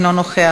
אינו נוכח,